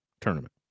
tournament